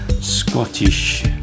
Scottish